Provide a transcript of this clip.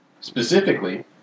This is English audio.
specifically